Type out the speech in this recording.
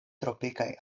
tropikaj